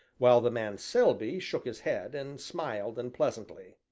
while the man selby shook his head, and smiled unpleasantly.